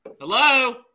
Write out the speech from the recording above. Hello